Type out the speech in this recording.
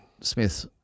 Smith –